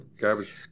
Garbage